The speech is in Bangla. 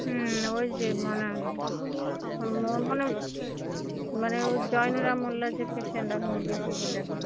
হুম ওই যে মানে ও মানে মানে ওই জয়নুরা মোল্লার যে পেশেন্ট আপনি দেখে গেলেন